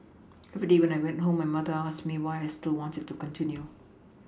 every day when I went home my mother asked me why I still wanted to continue